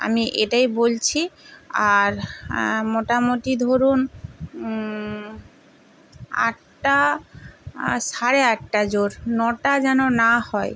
আমি এটাই বলছি আর মোটামোটি ধরুন আটটা সাড়ে আটটা জোর নটা যেন না হয়